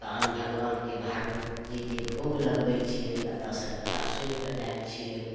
तहन भगवानके भागवतजीके भोग लगबै छिए एतऽसँ कथा सुनिकऽ जाइ छिए